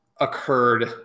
occurred